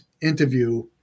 interview